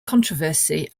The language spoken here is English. controversy